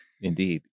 Indeed